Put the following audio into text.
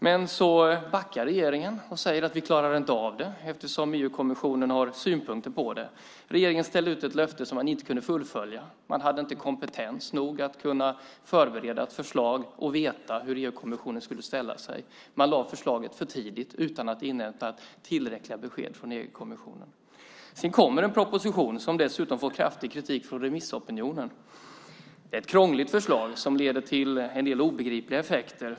Men så backar regeringen och säger att man inte klarar av det, eftersom EU-kommissionen har synpunkter på det. Regeringen ställde ut ett löfte den inte kunde fullfölja. Man hade inte kompetens nog att förbereda ett förslag och veta hur EU-kommissionen skulle ställa sig. Man lade fram förslaget för tidigt, utan att invänta tillräckliga besked från EU-kommissionen. Sedan kommer en proposition som dessutom får kraftig kritik från remissopinionen. Det är ett krångligt förslag, som leder till en del obegripliga effekter.